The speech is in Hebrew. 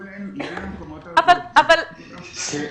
הם יגיעו למקומות --- סליחה,